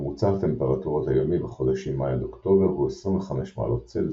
ממוצע הטמפרטורות היומי בחודשים מאי עד אוקטובר הוא 25 מעלות צלזיוס,